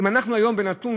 אנחנו היום עם נתון,